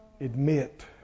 Admit